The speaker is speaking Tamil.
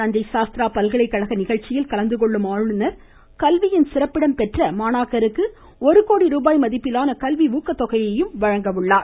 தஞ்சை சாஸ்திரா பல்கலைக்கழக நிகழ்ச்சியில் கலந்துகொள்ளும் ஆளுநர் கல்வியின் சிறப்பிடம் பெற்ற மாணாக்கருக்கு ஒரு கோடி ரூபாய் மதிப்பிலான கல்வி ஊக்கத்தொகையை வழங்க உள்ளார்